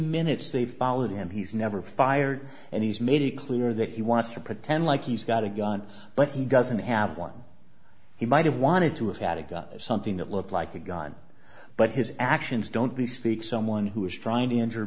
minutes they've followed him he's never fired and he's made it clear that he wants to pretend like he's got a gun but he doesn't have one he might have wanted to a static got something that looked like a gun but his actions don't we speak someone who is trying to injure